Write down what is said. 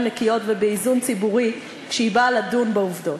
נקיות ובאיזון ציבורי כשהיא באה לדון בעובדות.